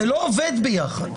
זה לא עובד ביחד.